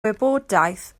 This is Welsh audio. wybodaeth